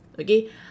okay